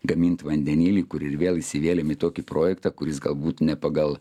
gamint vandenilį kur ir vėl įsivėlėm į tokį projektą kuris galbūt ne pagal